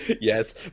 Yes